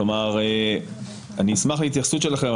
כלומר, אני אשמח להתייחסות שלכם.